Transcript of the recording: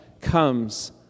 comes